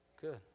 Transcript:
Good